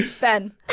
Ben